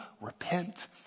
repent